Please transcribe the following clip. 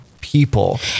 people